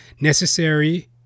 necessary